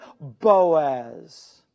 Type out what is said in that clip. Boaz